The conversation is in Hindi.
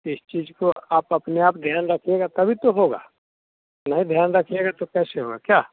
इस चीज़ को आप अपने आप ध्यान रखिएगा तभी तो होगा नहीं ध्यान रखिएगा तो कैसे होगा क्या